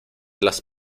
las